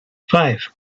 five